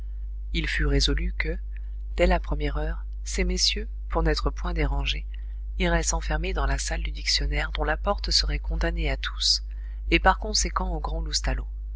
il fut résolu que dès la première heure ces messieurs pour n'être point dérangés iraient s'enfermer dans la salle du dictionnaire dont la porte serait condamnée à tous et par conséquent au grand